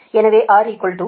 எனவே R 0